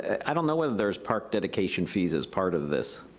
i don't know whether there's park dedication fees as part of this.